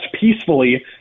peacefully